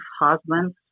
husbands